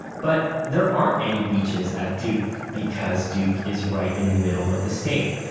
but there aren't any beaches at duke because duke is right in the middle of the state.